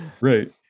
Right